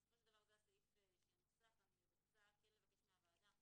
בסופו של דבר זה הסעיף שנוסח ואני רוצה לבקש מהוועדה